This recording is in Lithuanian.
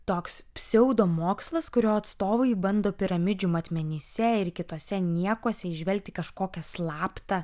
toks pseudomokslas kurio atstovai bando piramidžių matmenyse ir kituose niekuose įžvelgti kažkokią slaptą